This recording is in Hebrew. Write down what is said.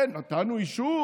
כן, נתנו אישור,